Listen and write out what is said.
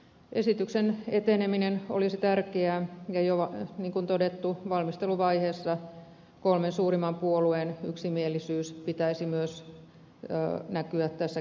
esityksen eteneminen olisi tärkeää ja niin kuin todettu valmisteluvaiheessa kolmen suurimman puolueen yksimielisyys pitäisi myös näkyä tässä käsittelyvaiheessa